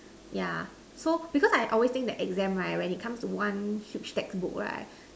yeah so because I always think that exam right when it comes to one huge textbook right